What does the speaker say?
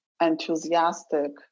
enthusiastic